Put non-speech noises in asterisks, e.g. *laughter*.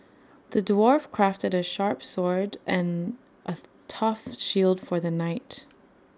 the dwarf crafted A sharp sword and A tough shield *noise* for the knight